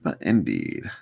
Indeed